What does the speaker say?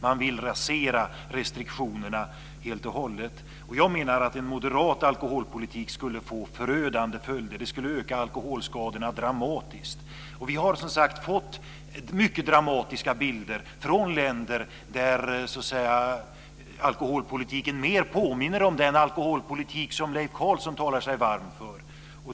Man vill rasera restriktionerna helt och hållet. Jag menar att en moderat alkoholpolitik skulle få förödande följder. Den skulle öka alkoholskadorna dramatiskt. Vi har som sagt fått mycket dramatiska bilder från länder där alkoholpolitiken mer påminner om den alkoholpolitik som Leif Carlson talar sig varm för.